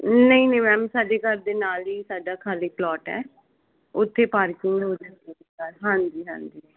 ਨਹੀਂ ਨਹੀਂ ਮੈਮ ਸਾਡੀ ਘਰ ਦੇ ਨਾਲ ਹੀ ਸਾਡਾ ਖਾਲੀ ਪਲੋਟ ਹੈ ਉਥੇ ਪਾਰਕਿੰਗ ਹੋ ਜਾਂਦੀ ਹਾਂਜੀ ਹਾਂਜੀ